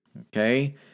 okay